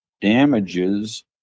damages